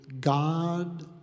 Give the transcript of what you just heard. God